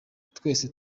twese